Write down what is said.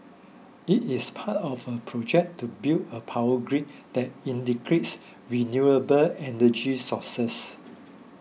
it is part of a project to build a power grid that integrates renewable energy sources